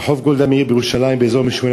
רחוב גולדה מאיר בירושלים באזור שמרחוב שמואל